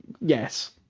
Yes